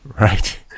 Right